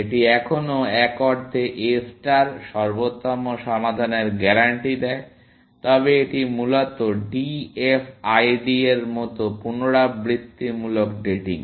এটি এখনও এক অর্থে A ষ্টার সর্বোত্তম সমাধানের গ্যারান্টি দেয় তবে এটি মূলত DFID এর মতো পুনরাবৃত্তিমূলক ডেটিং